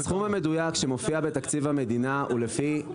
הסכום המדויק שמופיע בתקציב המדינה הוא לפי